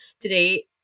today